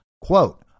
quote